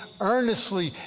earnestly